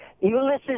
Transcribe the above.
Ulysses